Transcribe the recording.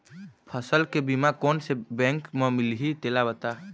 फसल के बीमा कोन से बैंक म मिलही तेला बता?